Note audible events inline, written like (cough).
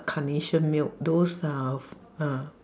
carnation milk those uh (noise) uh